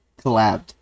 collabed